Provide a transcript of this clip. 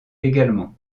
également